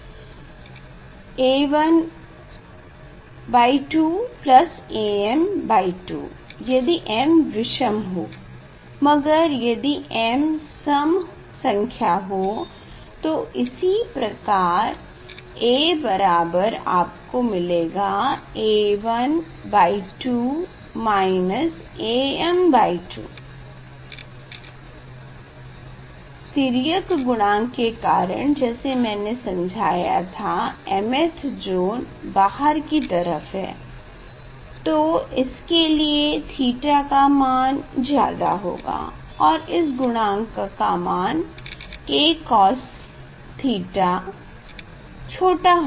A12 Am2 यदि m विषम हो मगर यदि m सम संख्या हो तो इसी प्रकार A बराबर आपको मिलेगा A12 Am2 ॰ तिर्यक गुणांक के कारण जैसा मैने समझाया था mth ज़ोन बाहर की तरफ है तो इसके लिए थीटा का मान ज्यादा होगा और इस गुणांक का मान KCosθ छोटा होगा